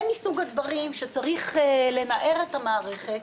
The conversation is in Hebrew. זה מסוג הדברים שצריך לנער את המערכת,